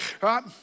right